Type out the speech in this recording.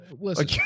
listen